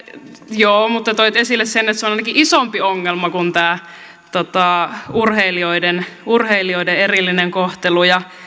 joo mutta toit esille sen että se on ainakin isompi ongelma kuin tämä urheilijoiden urheilijoiden erillinen kohtelu ja